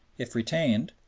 if retained,